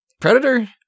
Predator